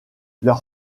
leur